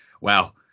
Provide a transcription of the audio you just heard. wow